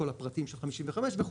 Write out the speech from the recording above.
כל הפרטים של 55 וכו',